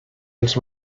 els